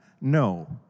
no